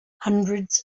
hundreds